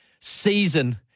season